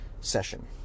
session